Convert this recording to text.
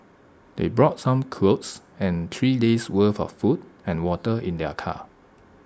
they brought some clothes and three days' worth of food and water in their car